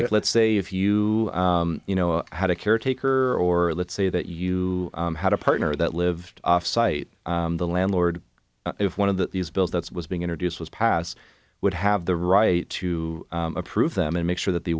let's say if you you know how to caretaker or let's say that you had a partner that lived off site the landlord if one of the these bills that's was being introduced was passed would have the right to approve them and make sure that they